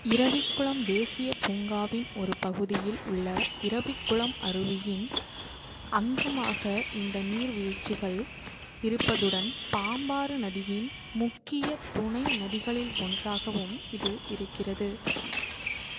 இரவிக்குளம் தேசியப் பூங்காவின் ஒரு பகுதியில் உள்ள இரவிக்குளம் அருவியின் அங்கமாக இந்த நீர்வீழ்ச்சிகள் இருப்பதுடன் பாம்பாறு நதியின் முக்கிய துணை நதிகளில் ஒன்றாகவும் இது இருக்கிறது